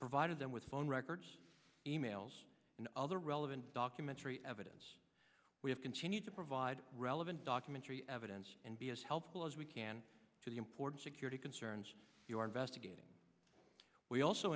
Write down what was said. provided them with phone records e mails and other relevant documentary evidence we have continued to provide relevant documentary evidence and be as helpful as we can to the important security concerns you are investigating we also